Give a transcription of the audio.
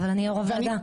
אבל אני יו"ר הוועדה.